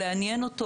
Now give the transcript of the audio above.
לעניין אותו,